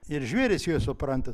ir žvėrys juos supranta